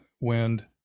wind